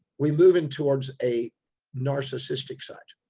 we move in towards, a narcissistic side.